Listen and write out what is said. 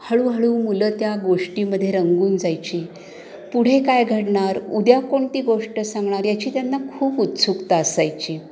हळूहळू मुलं त्या गोष्टीमध्ये रंगून जायची पुढे काय घडणार उद्या कोणती गोष्ट सांगणार याची त्यांना खूप उत्सुकता असायची